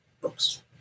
books